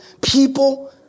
people